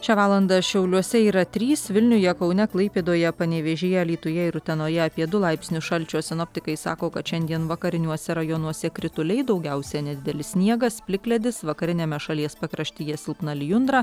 šią valandą šiauliuose yra trys vilniuje kaune klaipėdoje panevėžyje alytuje ir utenoje apie du laipsnius šalčio sinoptikai sako kad šiandien vakariniuose rajonuose krituliai daugiausia nedidelis sniegas plikledis vakariniame šalies pakraštyje silpna lijundra